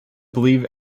believe